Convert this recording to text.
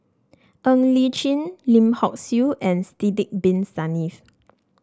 Ng Li Chin Lim Hock Siew and Sidek Bin Saniff